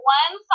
one